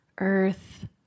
earth